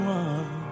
one